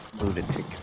lunatic